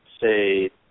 say